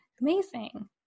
Amazing